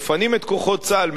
מפנים את כוחות צה"ל,